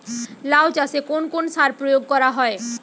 লাউ চাষে কোন কোন সার প্রয়োগ করা হয়?